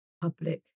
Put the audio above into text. public